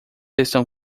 estão